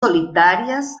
solitarias